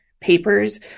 papers